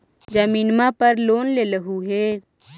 जमीनवा पर लोन लेलहु हे?